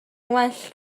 well